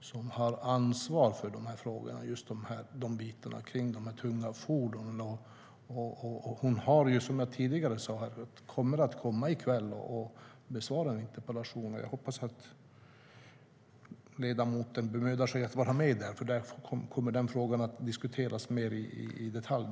som har ansvar för de frågor han tog upp, de som gäller tunga fordon. Som jag sa tidigare kommer hon till riksdagen senare i dag och besvarar interpellationer. Jag hoppas att ledamoten bemödar sig om att vara med, för då kommer frågan att diskuteras mer i detalj.